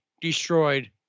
destroyed